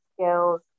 skills